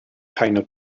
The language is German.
keine